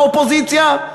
האופוזיציה.